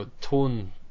tone